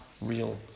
real